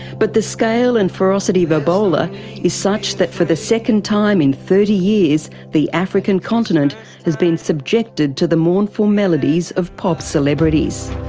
but the scale and ferocity of ebola is such that for the second time in thirty years the african continent has been subjected to the mournful melodies of pop celebrities.